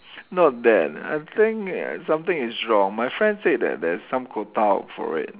not that I think something is wrong my friend said that there's some quota for it